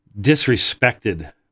disrespected